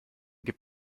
gib